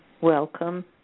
welcome